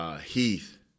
Heath –